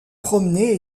promener